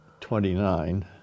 Twenty-nine